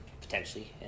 potentially